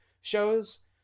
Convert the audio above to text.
shows